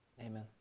Amen